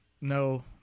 no